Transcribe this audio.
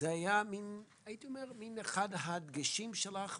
זה היה אחד הדגשים שלך,